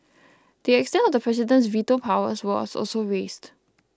the extent of the president's veto powers was also raised